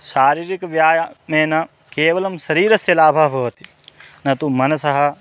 शारीरिकव्यायामेन केवलं शरीरस्य लाभः भवति न तु मनसः